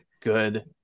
good